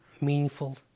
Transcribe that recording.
Meaningful